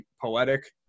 poetic